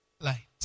light